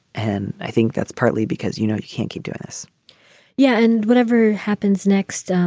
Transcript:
and i think that's partly because, you know, you can't keep doing this yeah. and whatever happens next.